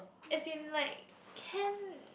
as in like can